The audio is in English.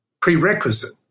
prerequisite